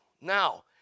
Now